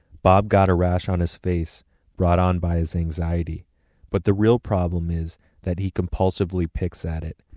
bob got a rash on his face brought on by his anxiety but the real problem is that he compulsively picks at it.